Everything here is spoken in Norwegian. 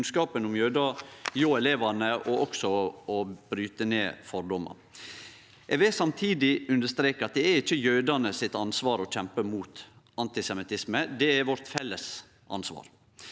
kunnskapen om jødar hjå elevane og bryte ned fordomar. Eg vil samtidig understreke at det ikkje er jødane sitt ansvar å kjempe mot antisemittisme – det er vårt felles ansvar.